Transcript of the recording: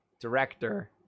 director